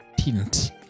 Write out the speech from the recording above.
tint